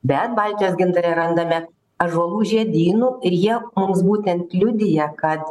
bet baltijos gintare randame ąžuolų žiedynų ir jie mums būtent liudija kad